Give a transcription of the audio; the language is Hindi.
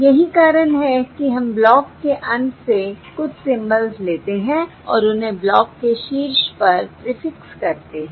यही कारण है कि हम ब्लॉक के अंत से कुछ सिंबल्स लेते हैं और उन्हें ब्लॉक के शीर्ष पर प्रीफिक्स करते हैं